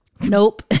Nope